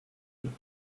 nous